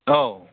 औ